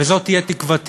וזו תהיה תקוותי,